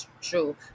true